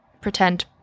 pretend